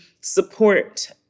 support